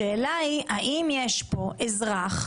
השאלה האם יש פה אזרח,